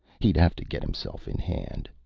he'd have to get himself in hand.